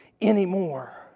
anymore